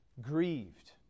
grieved